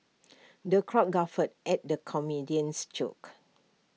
the crowd guffawed at the comedian's jokes